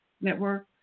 network